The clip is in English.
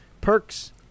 perks